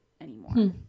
anymore